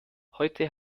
heute